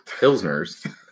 pilsners